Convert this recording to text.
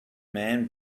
man